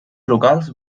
locals